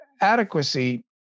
adequacy